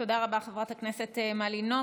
תודה רבה, חברת הכנסת מלינובסקי.